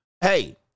Hey